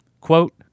Quote